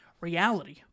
Reality